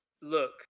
look